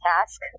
task